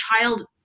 child